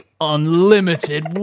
Unlimited